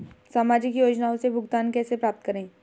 सामाजिक योजनाओं से भुगतान कैसे प्राप्त करें?